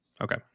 okay